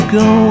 go